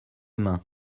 main